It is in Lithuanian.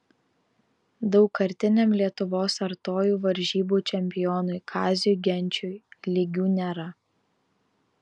daugkartiniam lietuvos artojų varžybų čempionui kaziui genčiui lygių nėra